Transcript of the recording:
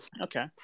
okay